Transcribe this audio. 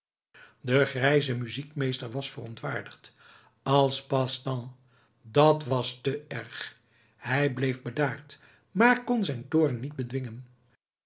de grijze muziekmeester was verontwaardigd als passe temps dat was te erg hij bleef bedaard maar kon zijn toorn niet bedwingen